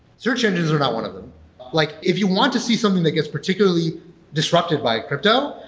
search engines are not one of them. like if you want to see something that gets particularly disrupted by crypto,